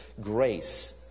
grace